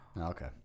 Okay